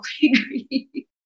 agree